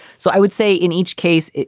so i would say in each case,